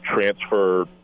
transfer